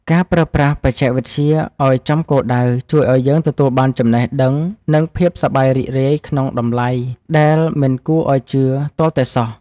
ការប្រើប្រាស់បច្ចេកវិទ្យាឱ្យចំគោលដៅជួយឱ្យយើងទទួលបានចំណេះដឹងនិងភាពសប្បាយរីករាយក្នុងតម្លៃដែលមិនគួរឱ្យជឿទាល់តែសោះ។